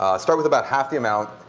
start with about half the amount,